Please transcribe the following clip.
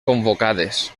convocades